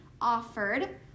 offered